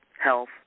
health